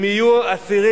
לא פחדתם,